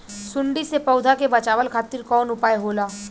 सुंडी से पौधा के बचावल खातिर कौन उपाय होला?